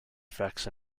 effects